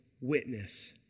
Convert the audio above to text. witness